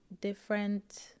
different